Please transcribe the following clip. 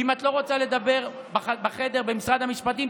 ואם את לא רוצה לדבר בחדר במשרד המשפטים,